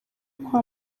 kwa